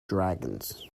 dragons